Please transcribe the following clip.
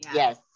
yes